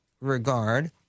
regard